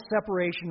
separation